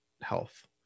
health